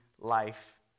life